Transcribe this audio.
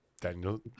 Daniel